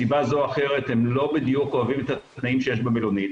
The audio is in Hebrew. מסיבה זו או אחרת הם לא בדיוק אוהבים את התנאים שיש במלונית,